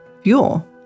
fuel